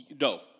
no